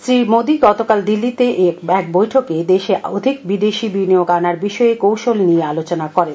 শ্রী মোদি গতকাল দিল্লিতে এক বৈঠকে দেশে অধিক বিদেশী বিনিয়োগ আনার বিষয়ে কৌশল নিয়ে আলোচনা করেন